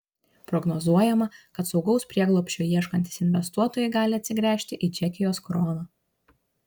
prognozuojama kad saugaus prieglobsčio ieškantys investuotojai gali atsigręžti į čekijos kroną